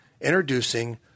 Introducing